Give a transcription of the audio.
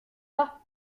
pas